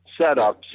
setups